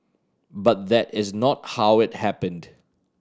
but that is not how it happened